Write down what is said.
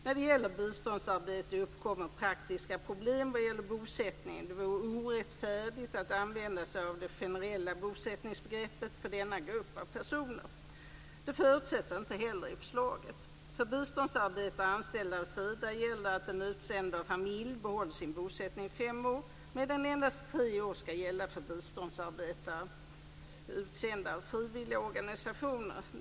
När det gäller biståndsarbetare uppkommer praktiska problem vad gäller bosättningen. Det vore orättfärdigt att använda sig av det generella bosättningsbegreppet för denna grupp av personer. Det förutsätts inte heller i förslaget. För biståndsarbetare anställda av Sida gäller att den utsände med familj behåller sin bosättning i fem år, medan endast tre år ska gälla för biståndsarbetare utsända av frivilliga organisationer.